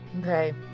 Okay